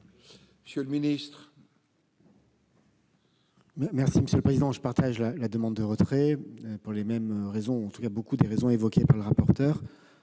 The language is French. monsieur le ministre,